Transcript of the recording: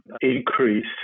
increase